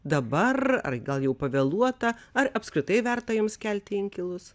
dabar ar gal jau pavėluota ar apskritai verta joms kelti inkilus